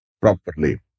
properly